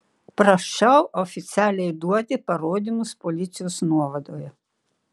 prašau oficialiai duoti parodymus policijos nuovadoje